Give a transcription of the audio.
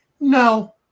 No